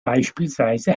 beispielsweise